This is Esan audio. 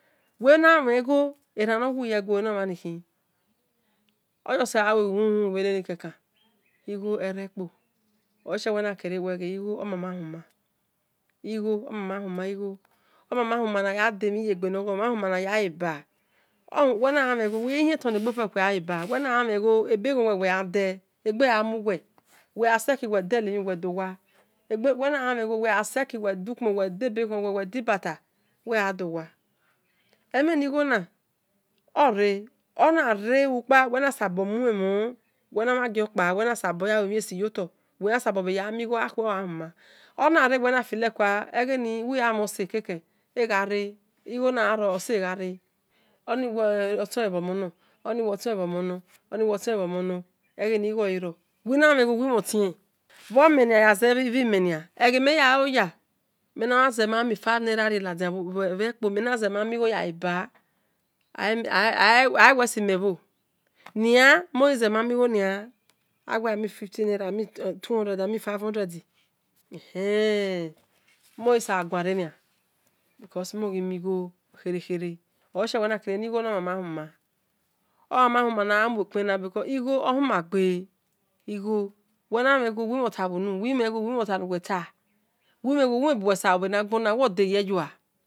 Uwenamhe igho eran-nodeye gbe enomhan khi olezie igho omama huma nayademhin nayale eba uwena gha mhen igho uwi-yanyihia tolagbe fo uwe kueleba uwegha seki uwe deeba enigho na ore uhukpa uwegha gha mhen enigho na uwigha mhen ose keke oniewe otinmenor oni-we otimenor ose kekel egheni uwigha mhen otien kekel bhomenia eghenime yalo ya mhen mhan mi five naira ne lodian bhe-ekpo mhen mhan miemhan nia mughi mi fifty naira, two hundered naira mughisabo ghuani re nia igho ohuma gbe uwi na mhen igho uwi mhontabhunu uwi mhen igho ohuma gbe uwi mhen igho uwi sobolue mhen bhena gbona uwide yeye-lua